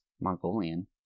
Mongolian